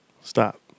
Stop